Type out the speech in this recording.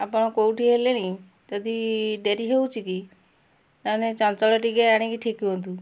ଆପଣ କେଉଁଠି ହେଲେଣି ଯଦି ଡେରି ହେଉଛି କି ନ ହେନେ ଚଞ୍ଚଳ ଟିକେ ଆଣିକି ଠିକ ହୁଅନ୍ତୁ